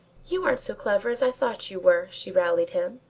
you aren't so clever as i thought you were, she rallied him.